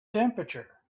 temperature